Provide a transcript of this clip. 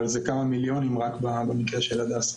אבל זה כמה מיליונים רק במקרה של הדסה,